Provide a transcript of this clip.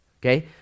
Okay